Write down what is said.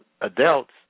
adults